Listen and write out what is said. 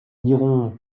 n’irons